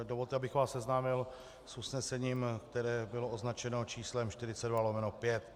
Dovolte mi, abych vás seznámil s usnesením, které bylo označeno číslem 42/5.